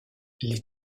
les